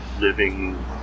living